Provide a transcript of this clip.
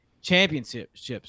Championships